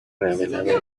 revelado